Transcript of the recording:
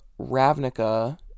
Ravnica